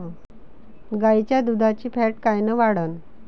गाईच्या दुधाची फॅट कायन वाढन?